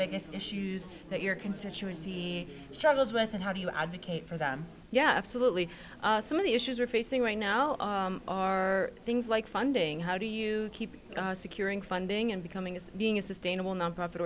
biggest issues that your constituency struggles with and how do you advocate for them yeah absolutely some of the issues we're facing right now are things like funding how do you keep securing funding and becoming is being a sustainable nonprofit